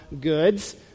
goods